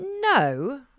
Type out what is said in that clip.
No